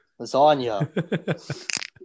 lasagna